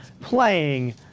playing